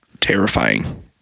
terrifying